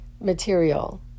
material